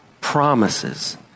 promises